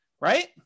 right